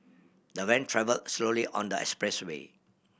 the van travelled slowly on the expressway